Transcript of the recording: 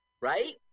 Right